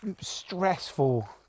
stressful